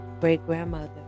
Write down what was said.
great-grandmother